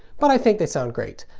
but i think they sound great.